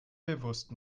bewusst